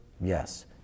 yes